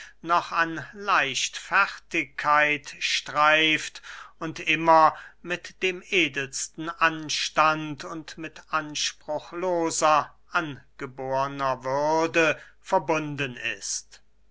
noch an leichtfertigkeit streift und immer mit dem edelsten anstand und mit anspruchsloser angebornen würde verbunden ist